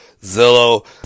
Zillow